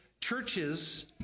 churches